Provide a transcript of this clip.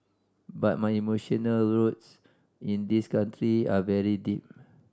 but my emotional roots in this country are very deep